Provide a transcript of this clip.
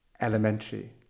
elementary